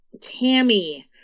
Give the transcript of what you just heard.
Tammy